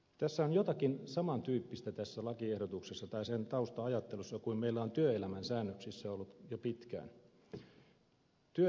tässä on jotakin saman tyyppistä tässä lakiehdotuksessa tai sen tausta ajattelussa on jotakin samantyyppistä kuin meillä on työelämän säännöksissä ollut jo pitkään